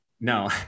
No